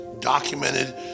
documented